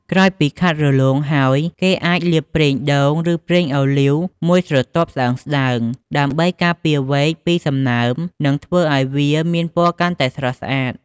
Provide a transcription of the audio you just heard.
ក្រោយពីខាត់រលោងហើយ គេអាចលាបប្រេងដូង ឬប្រេងអូលីវមួយស្រទាប់ស្តើងៗ ដើម្បីការពារវែកពីសំណើម និងធ្វើឱ្យវាមានពណ៌កាន់តែស្រស់ស្អាត។